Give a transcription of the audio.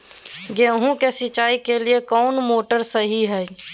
गेंहू के सिंचाई के लिए कौन मोटर शाही हाय?